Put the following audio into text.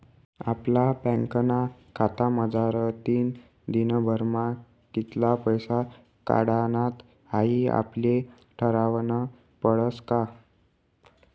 आपला बँकना खातामझारतीन दिनभरमा कित्ला पैसा काढानात हाई आपले ठरावनं पडस का